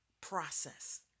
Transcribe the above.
process